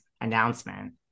announcement